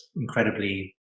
incredibly